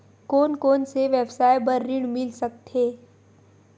कोन कोन से व्यवसाय बर ऋण मिल सकथे?